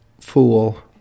fool